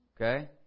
Okay